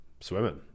swimming